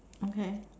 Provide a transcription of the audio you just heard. okay